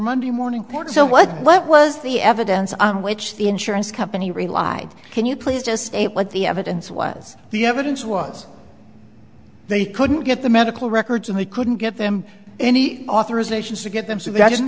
monday morning parts so what what was the evidence on which the insurance company relied can you please just state what the evidence was the evidence was they couldn't get the medical records and they couldn't get them any authorization to get them